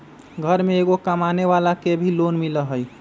घर में एगो कमानेवाला के भी लोन मिलहई?